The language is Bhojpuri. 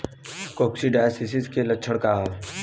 कोक्सीडायोसिस के लक्षण का ह?